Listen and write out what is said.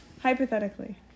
hypothetically